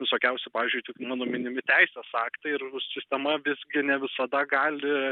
visokiausi pavyzdžiui tik mano minimi teisės aktai ir sistema visgi ne visada gali